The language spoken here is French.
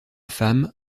femme